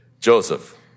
Joseph